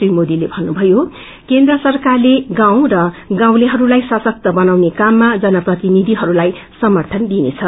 श्री मोदीले भन्नुभयो देशमा केन्द्र सरकार गाउँ र गाउँतेहरूलाई सशक्त बनाउने काममा जनप्रतिनिधिहरूलाई समर्थन दिइनेछ